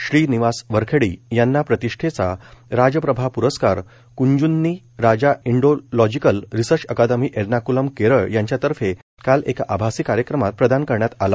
श्रीनिवास वरखेडी यांना प्रतिष्ठेचा राजप्रभा पुरस्कार Kunjunni Raja Indological research academy Ernakulam Kerala यांच्यातर्फे काल एका आभासी कार्यक्रमात प्रदान करण्यात आला